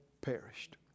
perished